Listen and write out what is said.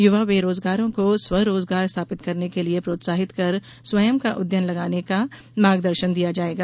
युवा बेराजगारों को स्व रोजगार स्थापित करने के लिये प्रोत्साहित कर स्वयं का उद्यम लगाने का मार्गदर्शन दिया जायेगा